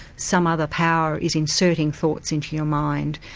some other power is inserting thoughts into your mind,